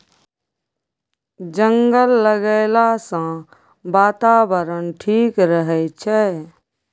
जंगल लगैला सँ बातावरण ठीक रहै छै